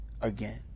again